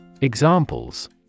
Examples